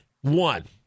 One